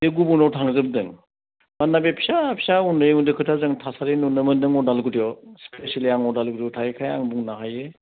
बे गुबुननाव थांजोबदों मानोना बे फिसा फिसा उन्दै उन्दै खोथा जों थासारि नुनो मोन्दों अदालगुरियाव स्पेसियेलि आं अदालगुरियाव थायोखाय आं बुंनो हायो